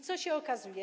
Co się okazuje?